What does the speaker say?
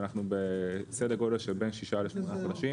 שאנחנו בסדר גודל של בין שישה לשמונה חודשים